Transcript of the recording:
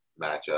matchup